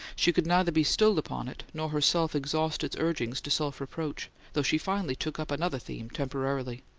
she could neither be stilled upon it, nor herself exhaust its urgings to self-reproach, though she finally took up another theme temporarily.